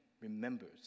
remembers